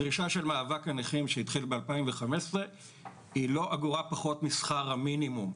הדרישה של מאבק הנכים שהתחיל ב-2015 היא לא אגורה פחות משכר המינימום.